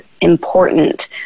important